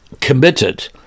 committed